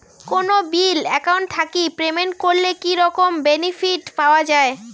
কোনো bill account থাকি payment করলে কি রকম বেনিফিট পাওয়া য়ায়?